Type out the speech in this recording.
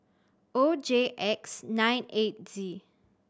O J X nine eight Z